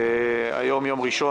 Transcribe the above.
היום יום ראשון,